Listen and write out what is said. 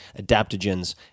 adaptogens